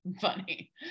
funny